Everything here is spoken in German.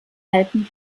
alten